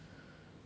oh